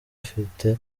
afite